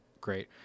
great